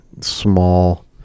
small